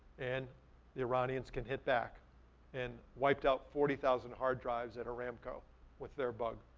and the iranians can hit back and wiped out forty thousand hard drives at aramco with their bug.